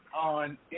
on